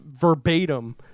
verbatim